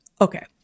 Okay